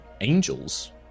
angels